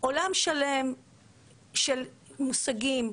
עולם שלם של מושגים.